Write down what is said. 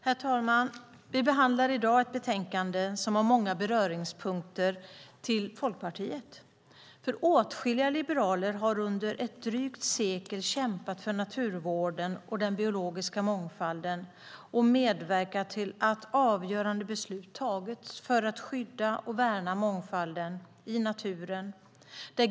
Herr talman! Vi behandlar i dag ett betänkande som har många beröringspunkter till Folkpartiet. Åtskilliga liberaler har under ett drygt sekel kämpat för naturvården och den biologiska mångfalden och medverkat till att avgörande beslut har fattats för att skydda och värna mångfalden i naturen.